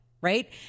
Right